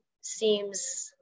seems